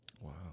Wow